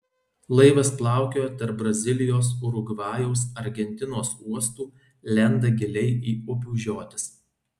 laivas plaukioja tarp brazilijos urugvajaus argentinos uostų lenda giliai į upių žiotis